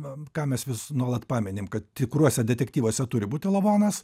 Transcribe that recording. ką mes vis nuolat paminim kad tikruose detektyvuose turi būti lavonas